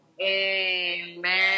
Amen